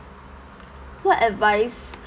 what advice